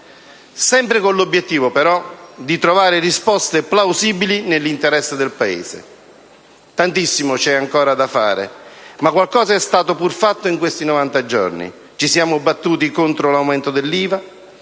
sempre con, l'obiettivo, però di trovare risposte plausibili nell'interesse del Paese. Tantissimo c'è ancora da fare, ma qualcosa è stato pur fatto in questi novanta giorni: ci siamo battuti contro l'aumento dell'IVA,